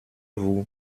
vous